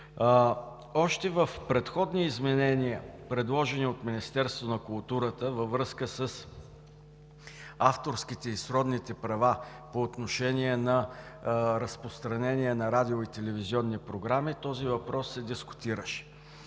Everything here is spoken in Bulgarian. Още в предходни изменения, предложени от Министерството на културата във връзка с авторските и сродните права по отношение на разпространение на радио- и телевизионни програми, този въпрос се дискутираше.